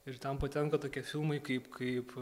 ir ten patenka tokie filmai kaip kaip